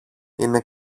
είναι